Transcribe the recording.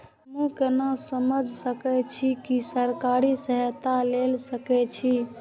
हमू केना समझ सके छी की सरकारी सहायता ले सके छी?